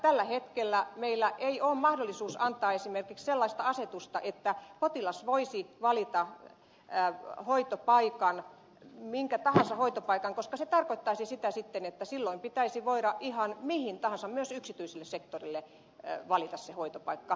tällä hetkellä meillä ei ole mahdollisuutta antaa esimerkiksi sellaista asetusta että potilas voisi valita minkä tahansa hoitopaikan koska se tarkoittaisi sitten sitä että silloin pitäisi voida ihan mihin tahansa myös yksityiselle sektorille valita hoitopaikka